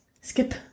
skip